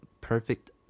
perfect